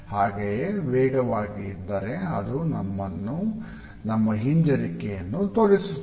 ಹಾಗೆಯೇ ವೇಗವಾಗಿ ಇದ್ದರೆ ಅದು ನಮ್ಮ ಹಿಂಜರಿಯುವಿಕೆಯನ್ನು ತೋರಿಸುತ್ತದೆ